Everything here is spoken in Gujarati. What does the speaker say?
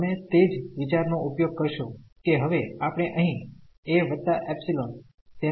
તમે તે જ વિચારનો ઉપયોગ કરશો કે હવે આપણે અહીં aϵ તેનો ઉપયોગ કરીશું